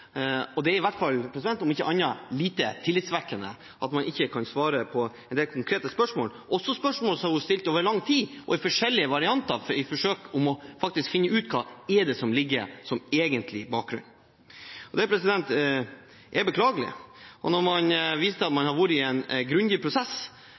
og det er i hvert fall – om ikke annet – lite tillitvekkende at man ikke kan svare på en del konkrete spørsmål, også spørsmål som er stilt over lang tid og i forskjellige varianter, i forsøk på faktisk å finne ut hva det er som egentlig ligger der som bakgrunn. Det er beklagelig. Og når man viser til at man